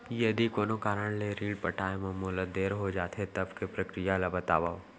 यदि कोनो कारन ले ऋण पटाय मा मोला देर हो जाथे, तब के प्रक्रिया ला बतावव